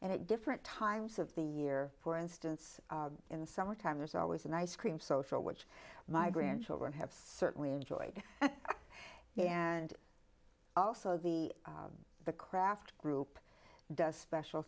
and it different times of the year for instance in the summertime there's always an ice cream social which my grandchildren have certainly enjoyed and also the the craft group does special